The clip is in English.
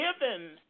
given